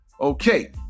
Okay